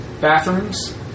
bathrooms